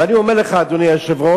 ואני אומר לך, אדוני היושב-ראש,